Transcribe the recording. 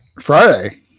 Friday